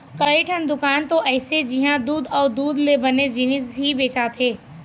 कइठन दुकान तो अइसे हे जिंहा दूद अउ दूद ले बने जिनिस ही बेचाथे